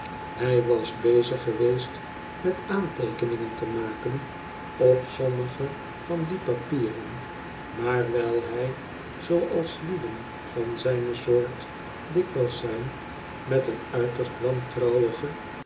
hij was bezig geweest met aan teekenidgen te maken op sommige van die papieren maar wijl hij zooals lieden van zijne soort dikwijls zijn met een uiterst